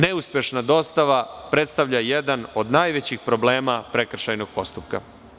Neuspešna dostava predstavlja jedan od najvećih problema prekršajnog postupka.